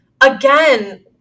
again